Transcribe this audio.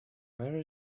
where